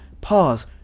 pause